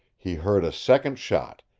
he heard a second shot,